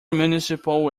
municipal